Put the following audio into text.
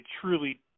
truly